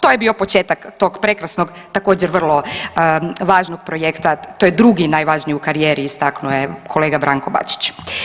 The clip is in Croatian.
To je bio početak tog prekrasnog također vrlo važnog projekta, to je drugi najvažniji u karijeri istaknuo je kolega Branko Bačić.